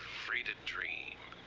free to dream.